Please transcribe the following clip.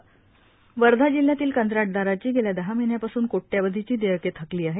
कंत्राटदार देयके वर्धा जिल्ह्यातील कंत्राटदारांची गेल्या दहा महिन्यांपासून कोट्यवधीची देयके थकली आहे